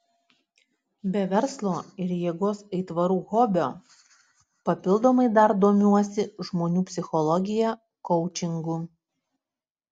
be verslo ir jėgos aitvarų hobio papildomai dar domiuosi žmonių psichologija koučingu